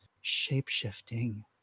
shape-shifting